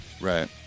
Right